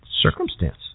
circumstance